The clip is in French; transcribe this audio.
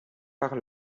par